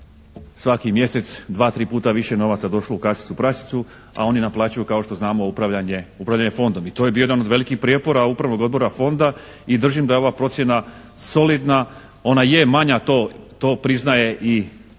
svaki mjesec dva, tri puta više novca došlo u kasicu prasicu a oni naplaćuju kao što znamo upravljanje fondom. I to je bio jedan od velikih prijepora upravnog odbora fonda i držim da je ova procjena solidna. Ona je manja, to priznaje i Erste